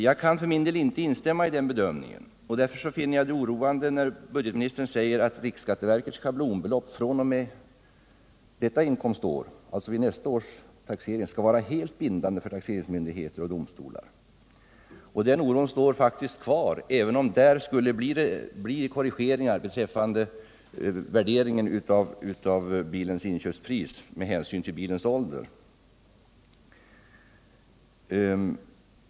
Jag kan för min del inte instämma i den bedömningen. Därför finner jag det för värdering av förmånen av fri bil oroande när budgetministern säger att riksskatteverkets schablonbelopp fr.o.m. detta inkomstår — alltså vid nästa års taxering — skall vara helt bindande för taxeringsmyndigheter och domstolar. Den oron står faktiskt kvar även om det skulle bli korrigeringar beträffande värderingen av bilens inköpspris med hänsyn till bilens ålder.